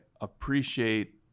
appreciate